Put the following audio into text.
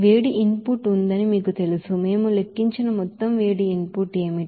వేడి input ఉందని మీకు తెలుసు మేము లెక్కించిన మొత్తం వేడి ఇన్ పుట్ ఏమిటి